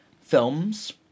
films